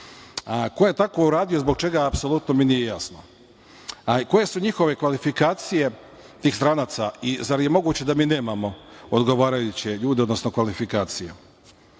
Ko je tako uradio i zbog čega, apsolutno mi nije jasno. Koje su njihove kvalifikacije tih stranaca i zar je moguće da mi nemamo odgovarajuće ljude, odnosno kvalifikacije? Ono